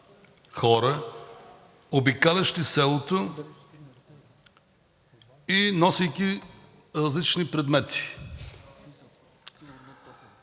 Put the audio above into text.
хора, обикалящи селото, носейки различни предмети.